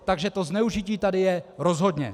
Takže to zneužití tady je rozhodně.